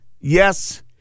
Yes